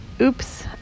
oops